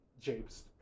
James